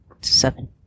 seven